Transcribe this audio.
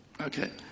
Okay